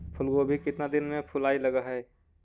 फुलगोभी केतना दिन में फुलाइ लग है?